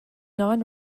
non